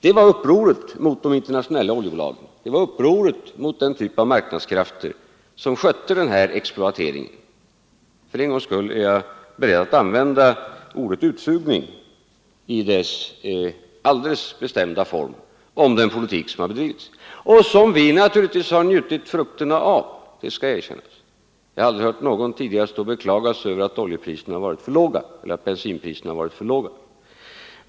Det var upproret mot de internationella oljebolagen, mot den typ av marknadskrafter som skötte exploateringen — för en gångs skull är jag beredd att använda ordet utsugning i dess alldeles bestämda form om den politik, som har bedrivits och som också vi njutit frukterna av, det skall erkännas. Jag har aldrig tidigare hört någon beklaga sig över att oljepriserna eller bensinpriserna varit för låga.